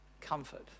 comfort